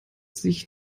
sich